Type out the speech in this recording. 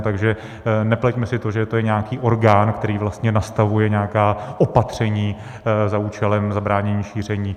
Takže nepleťme si to, že to je nějaký orgán, který vlastně nastavuje nějaká opatření za účelem zabránění šíření epidemie.